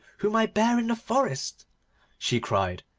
whom i bare in the forest she cried,